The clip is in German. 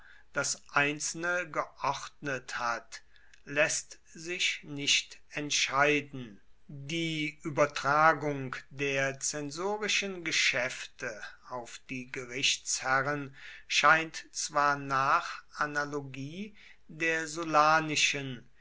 das einzelne geordnet hat läßt sich nicht entscheiden die übertragung der zensorischen geschäfte auf die gerichtsherren scheint zwar nach analogie der